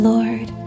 Lord